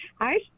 Hi